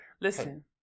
Listen